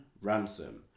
ransom